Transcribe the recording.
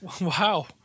Wow